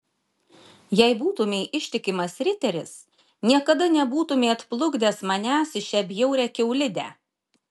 jei būtumei ištikimas riteris niekada nebūtumei atplukdęs manęs į šią bjaurią kiaulidę